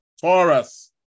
Taurus